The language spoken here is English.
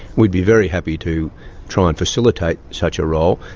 we'd be very happy to try and facilitate such a role.